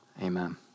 Amen